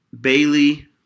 Bailey